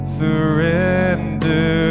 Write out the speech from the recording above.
surrender